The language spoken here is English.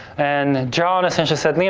and john essentially said, i mean